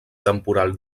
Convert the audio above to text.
temporal